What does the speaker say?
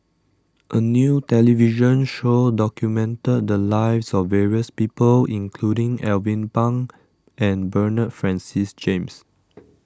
a new television show documented the lives of various people including Alvin Pang and Bernard Francis James